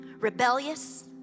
rebellious